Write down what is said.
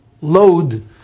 load